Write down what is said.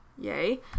Yay